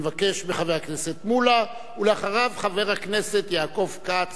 חבר הכנסת שלמה מולה, ואחריו, חבר הכנסת יעקב כץ,